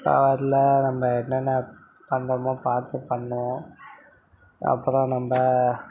யார்லா நம்ம என்னென்ன பண்ணணுமோ பார்த்து பண்ணணும் அப்போ தான் நம்ம